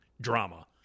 drama